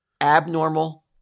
abnormal